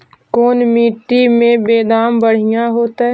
कोन मट्टी में बेदाम बढ़िया होतै?